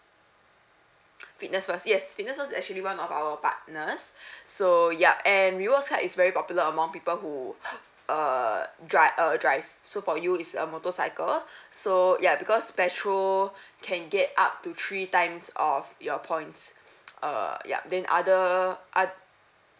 fitness first yes fitness first actually one of our partners so yup and rewards card is very popular among people who uh dri~ uh drive so for you is a motorcycle so ya because petrol can get up to three times of your points err yup then other ot~